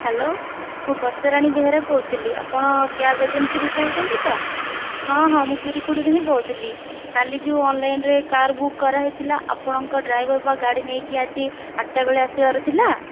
hello ମୁଁ ବର୍ଷାରାଣୀ ବେହେରା କହୁଥିଲି ଆପଣ କ୍ୟାବ୍ ଏଜେନ୍ସିରୁ କହୁଛନ୍ତି ତ ହଁ ହଁ ମୁଁ ପିରିକୁଡ଼ିରୁ ହିଁ କହୁଥିଲି କାଲି ଯେଉଁ ଅନ୍ଲାଇନ୍ରେ କାର୍ ବୁକ୍ କରାହୋଇଥିଲା ଆପଣଙ୍କ ଡ୍ରାଇଭର ବା ଗାଡ଼ି ନେଇକି ଆଜି ଆଠଟା ବେଳେ ଆସିବାର ଥିଲା